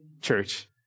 church